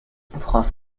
worauf